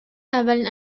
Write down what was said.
اولین